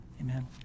Amen